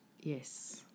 Yes